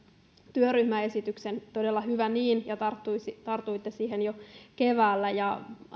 työryhmäesityksen todella hyvä niin tartuitte siihen jo keväällä ja